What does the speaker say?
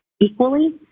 equally